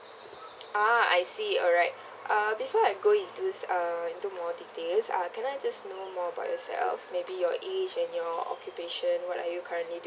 uh I see alright uh before I go into this uh into more detail uh can I just know more about yourself maybe your age and your occupation what are you currently